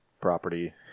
property